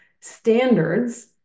standards